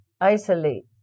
Isolate